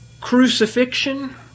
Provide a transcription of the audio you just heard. crucifixion